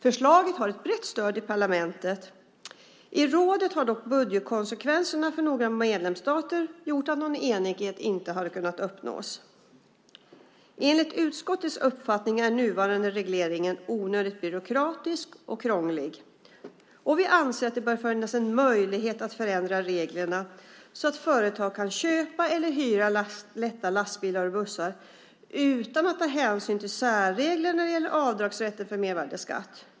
Förslaget har ett brett stöd i parlamentet. I rådet har dock budgetkonsekvenserna för några medlemsstater gjort att någon enighet inte har kunnat uppnås. Enligt utskottets uppfattning är nuvarande reglering onödigt byråkratisk och krånglig. Vi anser att det bör finnas en möjlighet att förändra reglerna så att företag kan köpa eller hyra lätta lastbilar och bussar utan att ta hänsyn till särreglerna när det gäller avdragsrätten för mervärdesskatt.